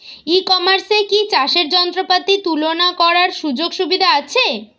ই কমার্সে কি চাষের যন্ত্রপাতি তুলনা করার সুযোগ সুবিধা আছে?